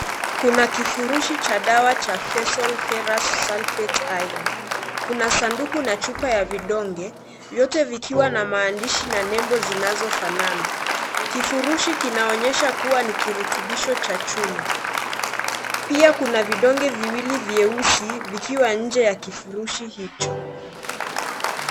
Kuna kifurushi cha dawa cha Fessol Ferrous sulfate iron ,kuna sanduku na chupa ya vidonge vyote vikiwa na maandishi na nembo zinazofanana, kifurushi kinaonyesha kuwa ni kirutubisho cha chuma, pia kuna vidonge viwili vyeusi vikiwa nje ya kifurushi hicho.